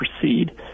proceed